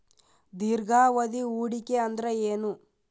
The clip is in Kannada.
ದೀರ್ಘಾವಧಿ ಹೂಡಿಕೆ ಅಂದ್ರ ಏನು?